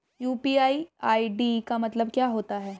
UPI ID का मतलब क्या होता है?